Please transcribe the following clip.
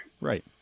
right